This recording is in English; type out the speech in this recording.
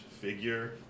figure